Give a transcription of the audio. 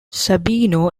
sabino